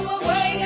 away